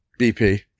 BP